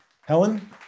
Helen